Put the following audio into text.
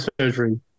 surgery